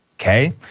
okay